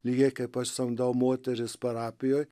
lieka pasisamdau moteris parapijoje